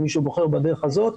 אם מישהו בוחר בדרך אחרת,